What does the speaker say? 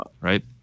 Right